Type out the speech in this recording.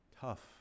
Tough